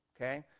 Okay